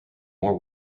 more